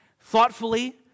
thoughtfully